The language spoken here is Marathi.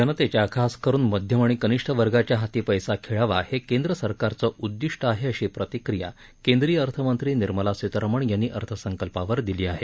जनतेच्या खासकरुन मध्यम आणि कनिष्ठ वर्गाच्या हाती पैसा खेळावा हे केंद्र सरकारचं उद्दिष्ट आहे अशी प्रतिक्रिया केंद्रीय अर्थमंत्री निर्मला सीतारामन यांनी अर्थसंकल्पावर दिली आहे